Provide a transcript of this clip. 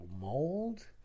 mold